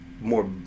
more